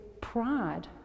pride